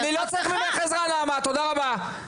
אני לא צריך ממך עזרה תודה רבה.